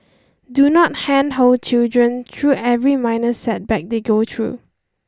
do not handhold children through every minor setback they go through